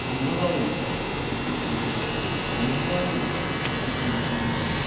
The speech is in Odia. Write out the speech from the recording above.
ଅନ୍ଧଭାବରେ ବିଶ୍ୱାସ କରନ୍ତି ସେଥିପାଇଁ ଅନ୍ଧବିଶ୍ୱାସ ହେଇଛି ଅନ୍ଧଭାବରେ ବିଶ୍ୱାସ କରନ୍ତି କିଛି ନ ଜାଣିି ନ ଶୁଣି